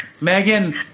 Megan